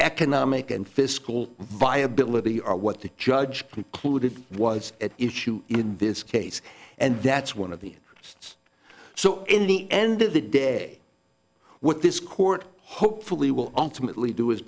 economic and fiscal viability are what the judge concluded was at issue in this case and that's one of the it's so in the end of the day what this court hopefully will ultimately do is